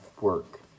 work